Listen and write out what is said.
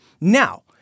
Now